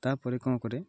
ତା' ପରିକ୍ରମ କରେ